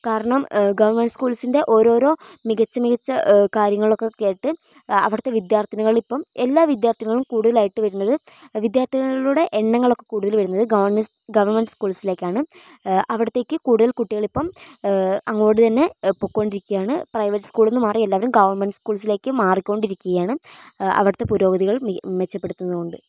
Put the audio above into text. കാരണം ഗവൺമെന്റ് സ്കൂൾസിൻ്റെ ഓരോരോ മികച്ച മികച്ച കാര്യങ്ങളൊക്കെ കേട്ട് അവിടുത്തെ വിദ്യാർത്ഥിനികളിപ്പം എല്ലാ വിദ്യാർത്ഥികളും കൂടുതലായിട്ട് വരുന്നത് വിദ്യാർത്ഥികളുടെ എണ്ണങ്ങളൊക്കെ കൂടുതൽ വരുന്നത് ഗവൺമെന്റ്സ് ഗവൺമെന്റ് സ്കൂൾസ്സിലേക്കാണ് അവിടത്തേക്ക് കൂടുതൽ കുട്ടികളിപ്പം അങ്ങോട്ടുതന്നെ പോയിക്കൊണ്ടിരിക്കുകയാണ് പ്രൈവറ്റ് സ്കൂളിൽനിന്നു മാറി എല്ലാവരും ഗവൺമെന്റ് സ്കൂൾസ്സിലേക്ക് മാറിക്കൊണ്ടിരിക്കുകയാണ് അവിടുത്തെ പുരോഗതികൾ മെച്ചപ്പെടുത്തുന്നതുകൊണ്ട്